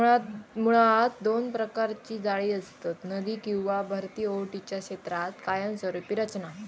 मुळात दोन प्रकारची जाळी असतत, नदी किंवा भरती ओहोटीच्या क्षेत्रात कायमस्वरूपी रचना